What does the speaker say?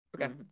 Okay